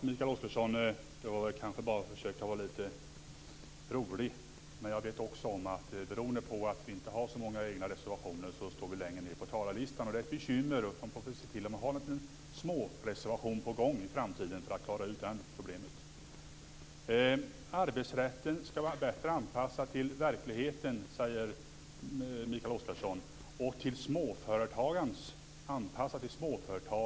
Fru talman! Jag försökte bara vara lite rolig, Mikael Oscarsson. Jag vet också om att vi står längre ned på talarlistan beroende på att vi inte har så många egna reservationer. Det är ett bekymmer. Vi får väl se till att vi har någon liten småreservation på gång i framtiden för att klara ut det problemet. Arbetsrätten skall vara bättre anpassad till verkligheten och till småföretagens krav, säger Mikael Oscarsson.